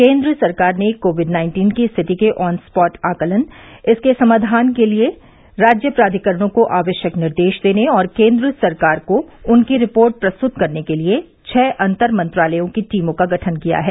केंद्र सरकार ने कोविड नाइन्टीन की स्थिति के ऑन स्पॉट आकलन इसके समाधान के लिए राज्य प्राधिकरणों को आवश्यक निर्देश देने और केंद्र सरकार को उनकी रिपोर्ट प्रस्तुत करने के लिए छह अंतर मंत्रालय टीमों का गठन किया है